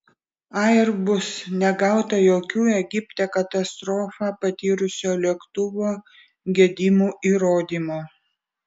airbus negauta jokių egipte katastrofą patyrusio lėktuvo gedimų įrodymo